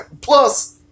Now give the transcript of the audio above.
plus